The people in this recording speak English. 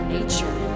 Nature